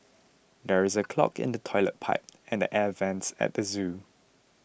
there is a clog in the Toilet Pipe and the Air Vents at the zoo